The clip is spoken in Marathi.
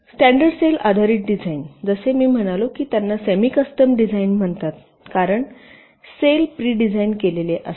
स्टँडर्डसेल आधारित डिझाइन जसे मी म्हणालो की त्यांना सेमी कस्टम डिझाइन म्हणतात कारण पेशी प्री डिझाइन केलेले आहेत